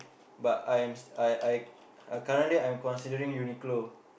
but I'm I I I currently I'm considering Uniqlo